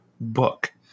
book